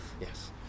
yes